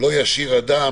"לא ישיר אדם,